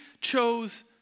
chose